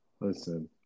Listen